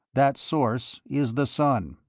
that source is the sun!